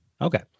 Okay